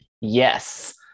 yes